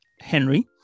Henry